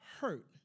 hurt